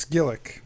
Gillick